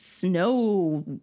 snow